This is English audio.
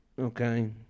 okay